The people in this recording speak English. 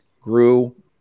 grew